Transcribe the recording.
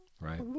right